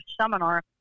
seminar